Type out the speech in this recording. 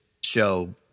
show